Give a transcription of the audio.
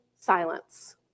silence